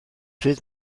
pryd